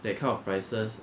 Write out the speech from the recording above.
that kind of prices